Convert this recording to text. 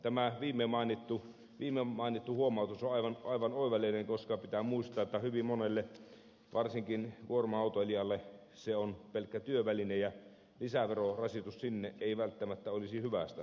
tämä viime mainittu huomautus on aivan oivallinen koska pitää muistaa että varsinkin hyvin monelle kuorma autoilijalle se on pelkkä työväline ja lisäverorasitus sinne ei välttämättä olisi hyvästä